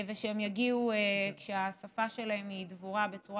ושהם יגיעו כשהשפה שלהם דבורה בצורה